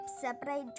separate